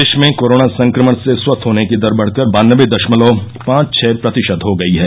देश में कोरोना संक्रमण से स्वस्थ होने की दर बढ़कर बान्नबे दशमलव पांच छह प्रतिशत हो गयी है